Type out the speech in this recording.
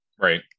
Right